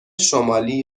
شمالی